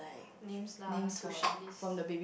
names lah to shortlist